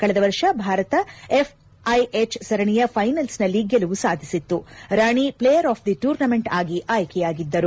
ಕಳೆದ ವರ್ಷ ಭಾರತ ಎಫ್ಐಎಚ್ ಸರಣಿಯ ಫೈನಲ್ಸ್ನಲ್ಲಿ ಗೆಲುವು ಸಾಧಿಸಿತ್ತು Rani player of the tournament ಆಗಿ ಆಯ್ಕೆ ಯಾಗಿದ್ದರು